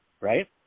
right